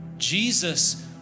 Jesus